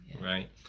Right